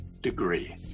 degree